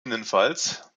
ggf